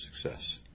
success